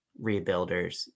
rebuilders